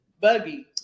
buggy